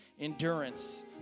endurance